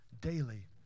daily